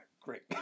great